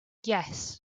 yes